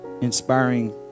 inspiring